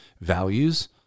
values